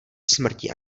smrti